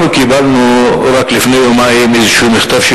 אנחנו קיבלנו רק לפני יומיים מכתב כלשהו